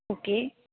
okay